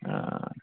অঁ